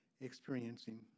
experiencing